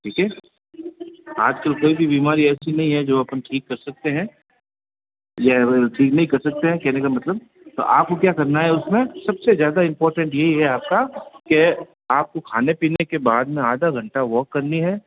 ठीक है आजकल कोई भी बीमारी ऐसी नहीं है जो अपन ठीक कर सकते हैं या ठीक नहीं कर सकते हैं कहने का मतलब तो आपको क्या करना है उसमे सबसे ज़्यादा इम्पोर्टेंट यही है आपका के आपको खाने पीने के बाद में आधा घंटा वॉक करनी है